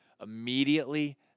immediately